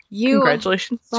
Congratulations